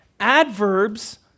Adverbs